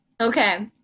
okay